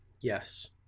Yes